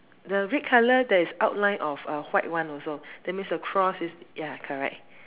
the red color there is outline of a white one also that means the cross is ya correct